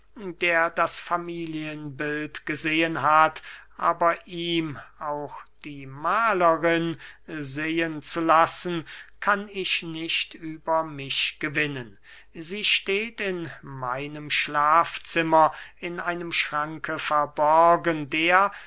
der das familienbild gesehen hat aber ihm auch die mahlerin sehen zu lassen kann ich nicht über mich gewinnen sie steht in meinem schlafzimmer in einem schranke verborgen der